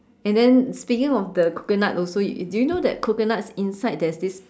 and then speaking of the coconut also do you know that coconut's inside there's this